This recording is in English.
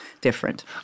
different